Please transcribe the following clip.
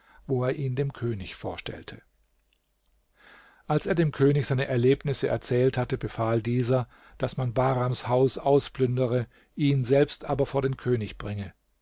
wo er ihn dem könig vorstellte als er dem könig seine erlebnisse erzählt hatte befahl dieser daß man bahrams haus ausplündere ihn selbst aber vor den könig bringe